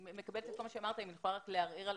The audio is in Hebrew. אני מקבלת את כל מה שאמרת אבל אני רוצה לערער רק